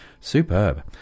Superb